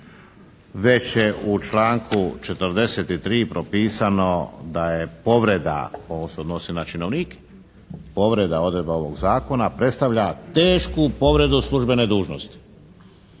već je u članku 43. propisano da je povreda, ovo se odnosi na činovnike, povreda odredba ovog Zakona predstavlja tešku povredu službene dužnosti.